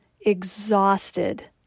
exhausted